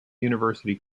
university